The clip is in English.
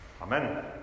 Amen